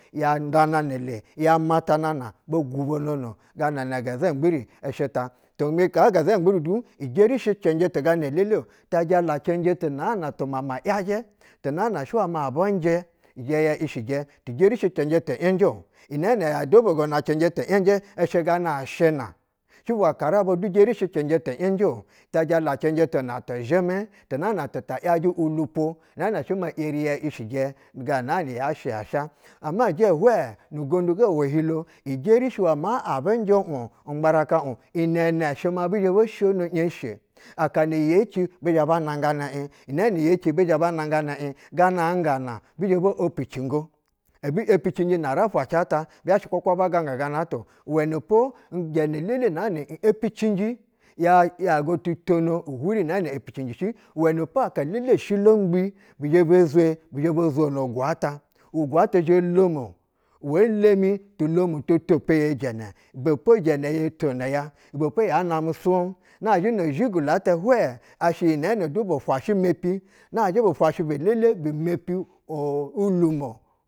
Yan nda na nale, ya mata nana, bo gubo nono. Gana inɛ gɛzɛmbiri ishɛ ta. Tuni gɛzɛmbiri du ijerishi cɛnjɛ tu gana lele-o tajala cɛnjɛ tu naa na tu ma’ yajɛ naa na shɛ wɛ ma abu njɛ izhɛ y ishiji ejerishi cɛnjɛ ti yɛnjɛ-o. Nɛɛnɛ yo dobogo nacɛnjɛ tɛ yɛnjɛ shɛ gana ashina shi bwo akaraba du jerishi cɛnjɛ tɛ yɛnjɛ-o, ta jala cɛnjɛ tuna tɛzhɛmɛ una natuta yajɛ ulupwo naana shɛ ma yeriyɛ ishiti ga naana ya shɛ ya sha. Ama ijɛ hwɛ nu gondo ga wo ohilo jerishi uwɛ ma bi zhɛ bo shiyono iyeshe akana yeci bi zhɛ ba nangana iy inɛnɛ ye cibi zhɛ ba nangana ib. Gana ngana bizhɛ bo opicingo ebu epicinji na ara fwacɛ ata bi zhashɛ kwakwa ba ganga ganata-o uwɛnɛpo ijɛnɛ elele na epicinji ya yaga tutono ubwuri inɛɛnɛ epicinjishi. Kwo aka elele oshilo ngbi bi zhɛ be zwe bizhɛ bo zwono ogwu-ats. Ogwu-ata zhɛ lomo we lemi tulomu to to peyi ijɛnɛ ibɛpo ijɛnɛ yo tono ya ibɛpo ya namɛ swab nazhɛ ozhigolo-a hwɛ ashɛ iyi nɛɛnɛ du bu fwashɛ mepi. Nazhɛ bu fwashu belele bu mepu uu uluwo.